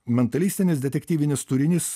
mentalistinis detektyvinis turinys